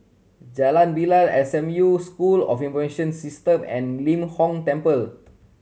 Jalan Bilal S M U School of Information System and Lim Hong Temple